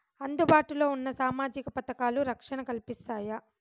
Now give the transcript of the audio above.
అందుబాటు లో ఉన్న సామాజిక పథకాలు, రక్షణ కల్పిస్తాయా?